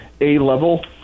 A-level